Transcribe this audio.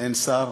אין שר?